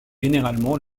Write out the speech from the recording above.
généralement